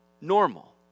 normal